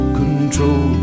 control